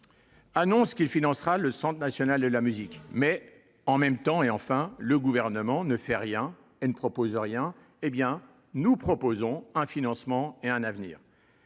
annonce qu’il financera le Centre national de la musique (CNM), mais, « en même temps », le Gouvernement ne fait rien ; il ne propose rien. Nous, nous proposons un financement et un avenir